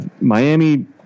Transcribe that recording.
Miami